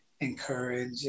encourage